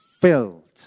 filled